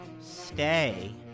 stay